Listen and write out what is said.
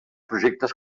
projectes